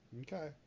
okay